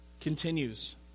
continues